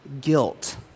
guilt